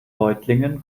reutlingen